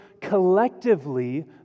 collectively